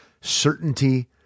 Certainty